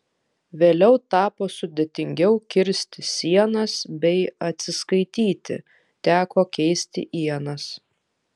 vėliau tapo sudėtingiau kirsti sienas bei atsiskaityti teko keisti ienas